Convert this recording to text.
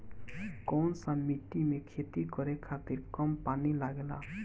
कौन सा मिट्टी में खेती करे खातिर कम पानी लागेला?